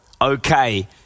okay